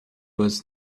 was